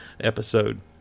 Episode